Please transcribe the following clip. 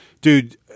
dude